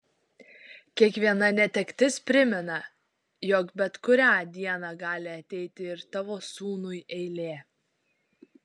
kiekviena netektis primena jog bet kurią dieną gali ateiti ir tavo sūnui eilė